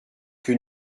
que